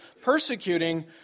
persecuting